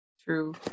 True